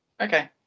Okay